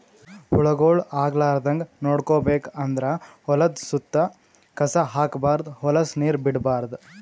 ಹುಳಗೊಳ್ ಆಗಲಾರದಂಗ್ ನೋಡ್ಕೋಬೇಕ್ ಅಂದ್ರ ಹೊಲದ್ದ್ ಸುತ್ತ ಕಸ ಹಾಕ್ಬಾರ್ದ್ ಹೊಲಸ್ ನೀರ್ ಬಿಡ್ಬಾರ್ದ್